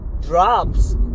drops